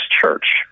church